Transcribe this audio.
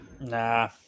Nah